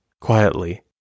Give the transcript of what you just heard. Quietly